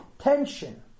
Tension